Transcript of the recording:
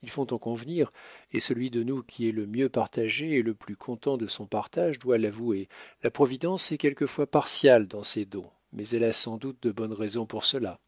il faut en convenir et celui de nous qui est le mieux partagé et le plus content de son partage doit l'avouer la providence est quelquefois partiale dans ses dons mais elle a sans doute de bonnes raisons pour cela